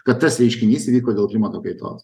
kad tas reiškinys įvyko dėl klimato kaitos